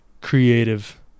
creative